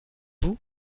vous